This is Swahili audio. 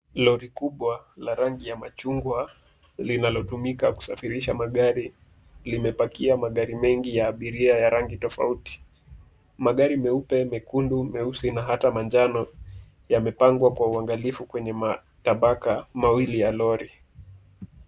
Lori kubwa la rangi ya machungwa linalotumika kusafirisha magari , limepakia magari mengi ya abiria ya rangi tofauti. Magari meupe, mekundu, meusi na hata manjano yamepangwa kwa uangalifu kwa matabaka mawili ya lori.